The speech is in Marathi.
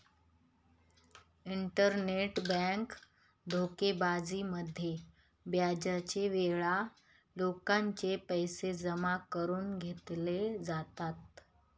इंटरनेट बँक धोकेबाजी मध्ये बऱ्याच वेळा लोकांचे पैसे जमा करून घेतले जातात